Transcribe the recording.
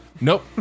Nope